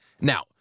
Now